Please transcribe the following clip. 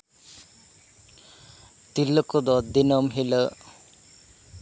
ᱛᱤᱨᱞᱟᱹ ᱠᱚᱫᱚ ᱫᱤᱱᱟᱹᱢ ᱦᱤᱞᱟᱹᱜ